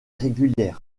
régulière